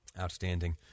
Outstanding